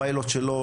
הפיילוט שלו,